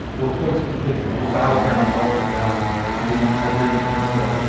were points of contention. there were battlegrounds all up and down the iberian peninsula,